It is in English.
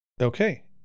Okay